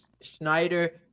Schneider